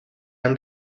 han